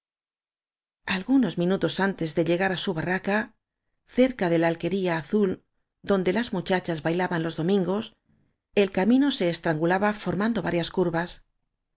algunos minutos o antes de llegar o á su barraca cerca de la alquería azul donde las mu chachas bailaban los domingos el camino se estrangulaba formando varias curvas